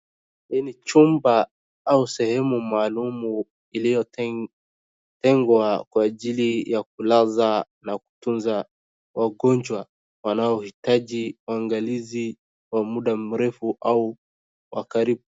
Hii ni chumba au sehemu maalumu iliyotegwa kwa ajili ya kulaza au kutunza wagonjwa wanaohitaji maangalizi wa muda mrefu au wa karibu.